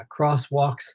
crosswalks